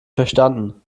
verstanden